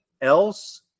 else